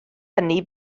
hynny